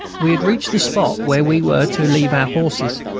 we had reached the spot where we were to leave our horses.